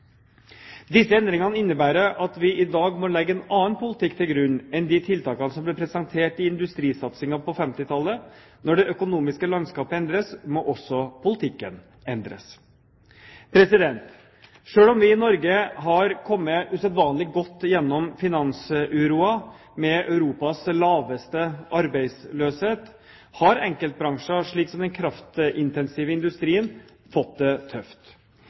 Disse endringene innebærer at vi i dag må legge en annen politikk til grunn enn de tiltakene som ble presentert i industrisatsingen på 1950-tallet. Når det økonomiske landskapet endres, må også politikken endres. Selv om vi i Norge har kommet usedvanlig godt igjennom finansuroen med Europas laveste arbeidsløshet, har enkeltbransjer som den kraftintensive industrien fått det tøft.